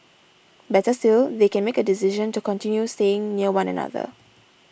better still they can make a decision to continue staying near one another